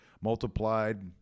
multiplied